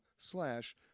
Slash